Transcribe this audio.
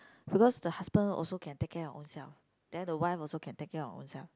because the husband also can take care of ownself then the wife also can take care of ownself